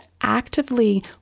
actively